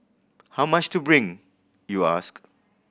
how much to bring you ask